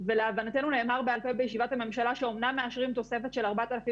ולהבנתנו נאמר בעל-פה בישיבת הממשלה שאומנם מאשרים תוספת של 4,000